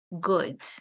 good